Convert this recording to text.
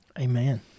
Amen